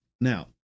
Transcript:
now